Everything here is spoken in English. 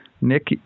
Nick